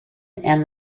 and